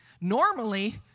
normally